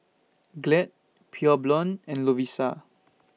Glad Pure Blonde and Lovisa